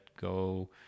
go